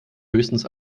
höchstens